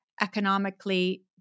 economically